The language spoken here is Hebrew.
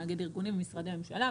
מאגד ארגונים ומשרדי ממשלה,